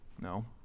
No